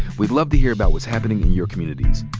we'd love to hear about what's happening in your communities.